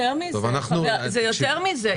זה יותר מזה,